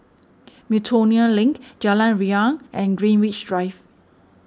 Miltonia Link Jalan Riang and Greenwich Drive